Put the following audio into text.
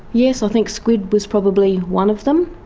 yes, i think squid was probably one of them.